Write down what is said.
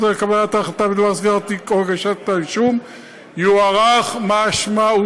עד לקבלת ההחלטה בדבר סגירת התיק או הגשת כתב אישום יתארך משמעותית,